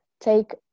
take